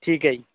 ਠੀਕ ਹੈ ਜੀ